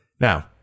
now